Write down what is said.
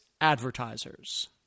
advertisers